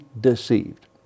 deceived